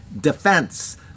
defense